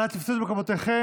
אנא תפסו את מקומותיכם.